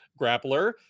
grappler